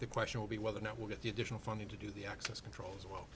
the question will be whether or not we'll get the additional funding to do the access controls well